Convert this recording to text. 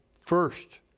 first